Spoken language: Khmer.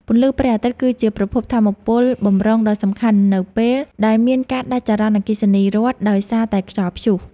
ពន្លឺព្រះអាទិត្យ គឺជាប្រភពថាមពលបម្រុងដ៏សំខាន់នៅពេលដែលមានការដាច់ចរន្តអគ្គិសនីរដ្ឋដោយសារតែខ្យល់ព្យុះ។